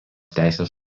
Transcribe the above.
teisės